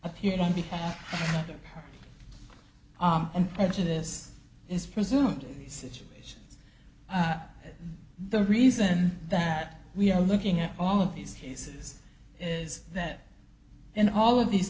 appeared on behalf of them and prejudice is presumed situations the reason that we are looking at all of these cases is that in all of these